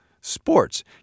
sports